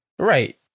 Right